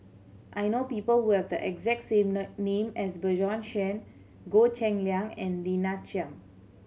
I know people who have the exact same name as Bjorn Shen Goh Cheng Liang and Lina Chiam